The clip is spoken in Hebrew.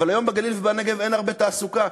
והיום בגליל ובנגב אין הרבה תעסוקה,